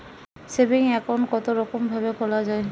Saving account কতরকম ভাবে খোলা য়ায়?